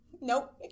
Nope